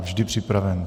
Vždy připraven.